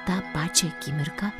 tą pačią akimirką